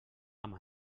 amb